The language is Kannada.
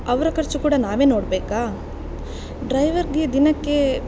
ಅವರ ಖರ್ಚು ಕೂಡ ನಾವೇ ನೋಡಬೇಕಾ ಡ್ರೈವರ್ಗೆ ದಿನಕ್ಕೆ